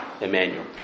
Emmanuel